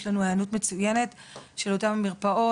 יש לנו היענות מצוינת של אותן מרפאות.